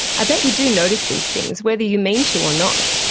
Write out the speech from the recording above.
i bet you do notice these things, whether you mean to or not.